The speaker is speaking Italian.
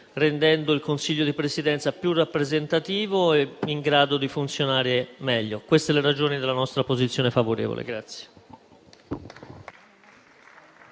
rendendo il Consiglio di Presidenza più rappresentativo e in grado di funzionare in modo migliore. Queste sono le ragioni della nostra posizione favorevole.